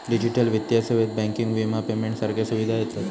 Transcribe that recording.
digital वित्तीय सेवेत banking, विमा, पेमेंट सारख्या सुविधा येतत